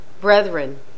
Brethren